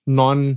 non